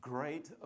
Great